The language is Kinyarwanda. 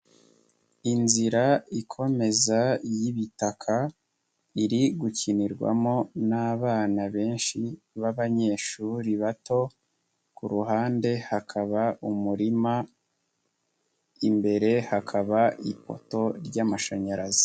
Inzira ikomeza y'ibitaka iri gukinirwamo n'abana benshi b'abanyeshuri bato ku ruhande hakaba umurima imbere hakaba ipoto ry'amashanyarazi.